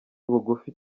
bugufi